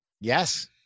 Yes